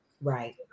Right